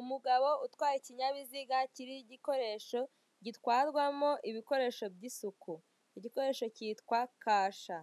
Umugabo utwaye ikinyabiziga kiriho igikoresho gitwarwamo ibikoresho by'isuku. Igikoresho cyitwa Kasha.